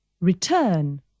Return